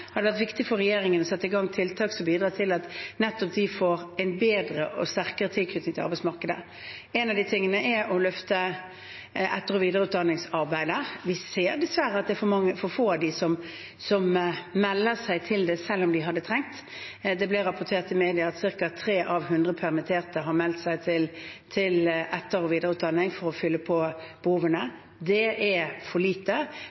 har det vært viktig for regjeringen å sette i gang tiltak som bidrar til at nettopp de får en bedre og sterkere tilknytning til arbeidsmarkedet. En av de tingene er å løfte etter- og videreutdanningsarbeidet. Vi ser dessverre at det er for få som melder seg til det, selv om de hadde trengt det. Det blir rapportert i media at ca. tre av hundre permitterte har meldt seg til etter- og videreutdanning for å fylle på behovene. Det er for lite.